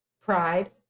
pride